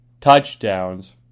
touchdowns